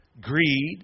greed